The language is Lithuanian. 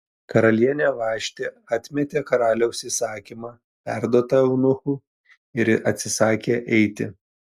karalienė vaštė atmetė karaliaus įsakymą perduotą eunuchų ir atsisakė eiti